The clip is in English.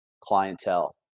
clientele